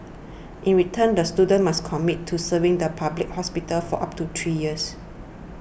in return the students must commit to serving the public hospitals for up to three years